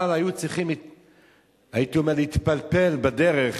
אבל היו צריכים להתפלפל בדרך